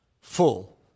full